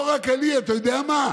לא רק אני, אתה יודע מה?